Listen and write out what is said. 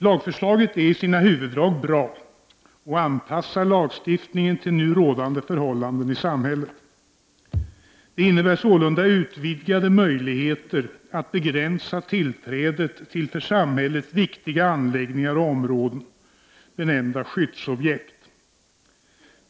Lagförslaget är i sina huvuddrag bra och anpassar lagstiftningen till nu rådande förhållanden i samhället. Det innebär sålunda utvidgade möjligheter att begränsa tillträdet till för samhället viktiga anläggningar och områden, benämnda skyddsobjekt.